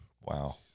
Wow